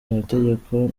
amategeko